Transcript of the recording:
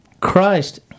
Christ